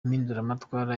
mpinduramatwara